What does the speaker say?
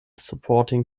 supporting